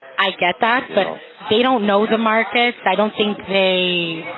i get that but they don't know the markets, i don't think they,